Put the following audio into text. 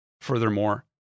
Furthermore